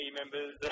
members